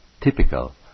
typical